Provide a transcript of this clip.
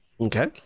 Okay